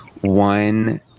one